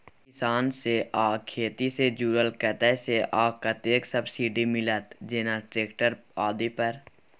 किसान से आ खेती से जुरल कतय से आ कतेक सबसिडी मिलत, जेना ट्रैक्टर आदि पर?